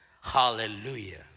Hallelujah